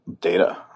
data